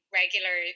regular